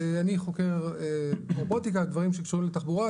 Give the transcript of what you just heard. אני חוקר רובוטיקה ודברים שקשורים לתחבורה,